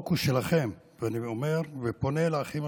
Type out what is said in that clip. בבקשה, מופיד.